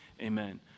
amen